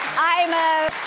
i'm a